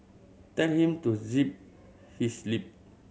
tell him to zip his lip